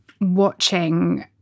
watching